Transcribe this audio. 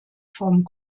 vom